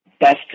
best